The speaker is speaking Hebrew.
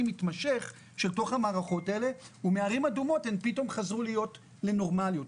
מתמשך במערכות וערים אדומות חזרו לנורמליות.